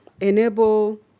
enable